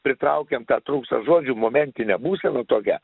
pritraukiam tą trūksta žodžių momentinė būsena tokia